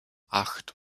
acht